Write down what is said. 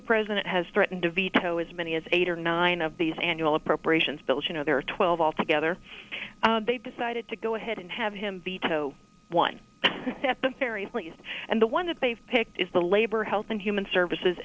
the president has threatened to veto as many as eight or nine of these annual appropriations bills you know there are twelve altogether they've decided to go ahead and have him veto one very pleased and the one that they've picked is the labor health and human services